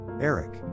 Eric